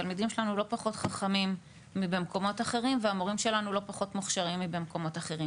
התלמידים שלנו לא פחות חכמים מאשר במקומות אחרים